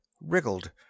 wriggled